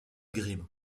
grimm